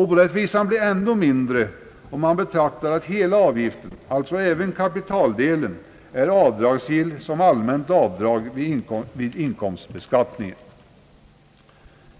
Orättvisan blir ännu mindre, om man beaktar att hela avgiften — alltså även kapitaldelen — är avdragsgill som allmänt avdrag vid inkomstbeskattningen.